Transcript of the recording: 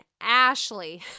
Ashley